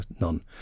none